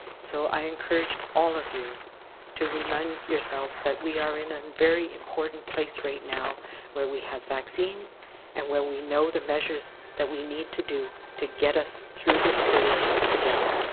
so i encourage all of you to remind yourselves that we are in a um very important place right now where we have vaccine and where we know the measures that we need to do to get us through this period together.